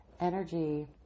energy